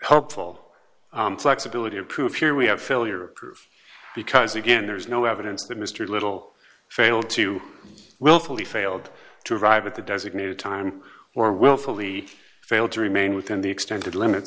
helpful flexibility of proof here we have failure proof because again there's no evidence that mr little failed to willfully failed to arrive at the designated time or willfully failed to remain within the extended limit